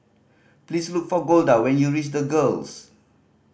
please look for Golda when you reach The Girls